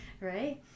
right